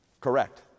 Correct